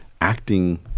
acting